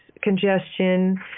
congestion